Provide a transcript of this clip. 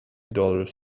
dollars